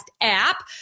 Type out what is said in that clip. app